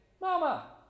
mama